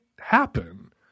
happen